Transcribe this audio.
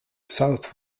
south